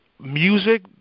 Music